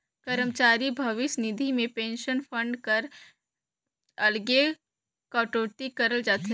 करमचारी भविस निधि में पेंसन फंड कर अलगे कटउती करल जाथे